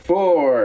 Four